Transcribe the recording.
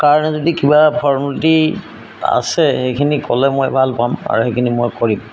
কাৰণে যদি কিবা ফৰ্মেলিটি আছে সেইখিনি ক'লে মই ভাল পাম আৰু সেইখিনি মই কৰিম